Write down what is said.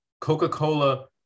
Coca-Cola